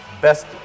best